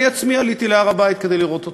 אני עצמי עליתי להר-הבית כדי לראות אותו.